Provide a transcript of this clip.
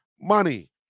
money